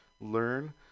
learn